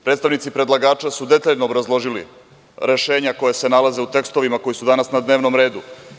Predstavnici predlagača su detaljno obrazložili rešenja koja se nalaze u tekstovima koji su danas na dnevnom redu.